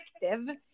effective